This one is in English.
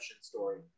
story